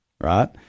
right